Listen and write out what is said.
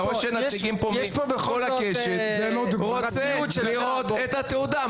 הוא רוצה לראות את התעודה.